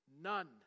None